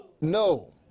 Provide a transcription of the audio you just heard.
No